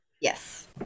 Yes